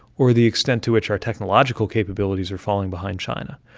or the extent to which our technological capabilities are falling behind china,